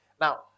Now